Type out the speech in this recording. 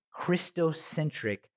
Christocentric